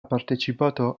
partecipato